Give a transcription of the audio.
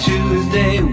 Tuesday